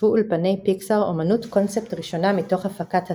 חשפו אולפני "פיקסאר" אמנות קונספט ראשונה מתוך הפקת הסרט.